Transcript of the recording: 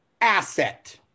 asset